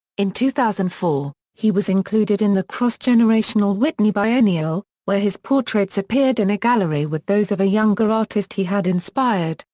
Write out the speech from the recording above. in two thousand and four, he was included in the cross-generational whitney biennial, where his portraits appeared in a gallery with those of a younger artist he had inspired,